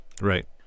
right